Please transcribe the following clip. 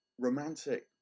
romantic